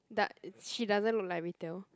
Doe~ she doesn't look like retail